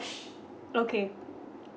okay